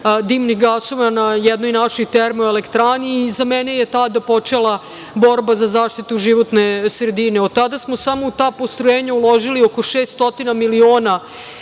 dimnih gasova na jednoj našoj termoelektrani i za mene je tada počela borba za zaštitu životne sredine. Od tada smo samo u ta postrojenja uložili oko 600 miliona